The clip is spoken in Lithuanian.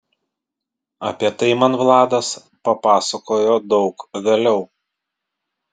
apie tai man vladas papasakojo daug vėliau